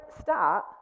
start